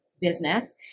business